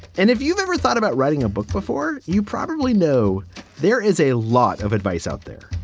and if you've ever thought about writing a book before, you probably know there is a lot of advice out there.